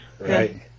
Right